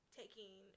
taking